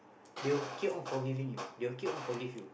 they will keep on forgiving you they will keep on forgive you